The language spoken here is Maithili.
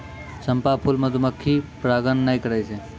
चंपा फूल मधुमक्खी परागण नै करै छै